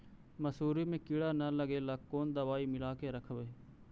मसुरी मे किड़ा न लगे ल कोन दवाई मिला के रखबई?